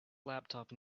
laptop